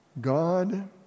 God